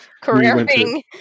careering